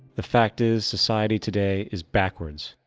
the fact is, society today is backwards,